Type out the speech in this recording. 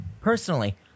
personally